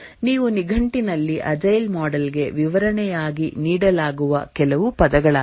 ಇವು ನಿಘಂಟಿನಲ್ಲಿ agile model ಗೆ ವಿವರಣೆಯಾಗಿ ನೀಡಲಾಗುವ ಕೆಲವು ಪದಗಳಾಗಿವೆ